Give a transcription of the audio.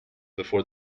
before